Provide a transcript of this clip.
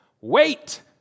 Wait